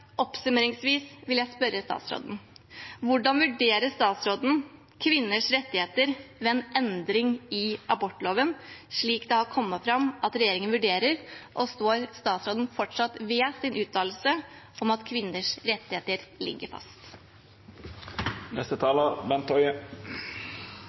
Avslutningsvis vil jeg spørre statsråden: Hvordan vurderer statsråden kvinners rettigheter ved en endring i abortloven, slik det har kommet fram at regjeringen vurderer, og står statsråden fortsatt ved sin uttalelse om at kvinners rettigheter ligger fast?